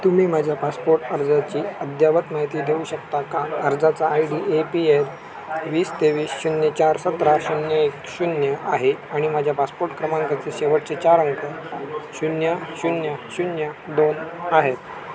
तुम्ही माझ्या पासपोर्ट अर्जाची अद्ययावत माहिती देऊ शकता का अर्जाचा I D A P L वीस तेवीस शून्य चार सतरा शून्य एक शून्य आहे आणि माझ्या पासपोर्ट क्रमांकाचे शेवटचे चार अंक शून्य शून्य शून्य दोन आहेत